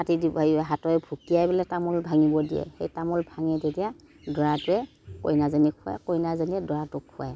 হাতৰে ভুকিয়াই পেলাই তামোল ভাঙিব দিয়ে তামোল ভাঙি তেতিয়া দৰাটোৱে কইনাজনীক খোৱায় কইনাজনীয়ে দৰাটোক খোৱায়